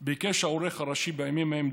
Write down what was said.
ביקש העורך הראשי בימים ההם,